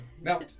Now